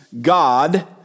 God